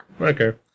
Okay